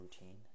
routine